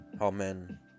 Amen